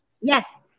Yes